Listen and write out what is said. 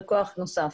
בכוח נוסף.